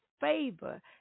favor